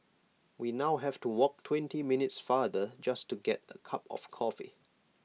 we now have to walk twenty minutes farther just to get A cup of coffee